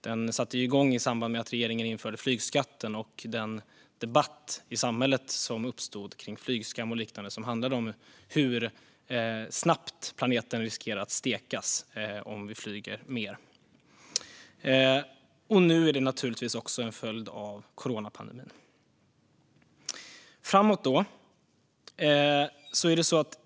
Den satte igång i samband med att regeringen införde flygskatten och den debatt i samhället som då uppstod om flygskam och liknande och som handlade om hur snabbt planeten riskerar att stekas om vi flyger mer. Nu är det naturligtvis också en följd av coronapandemin.